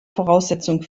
voraussetzung